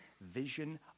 vision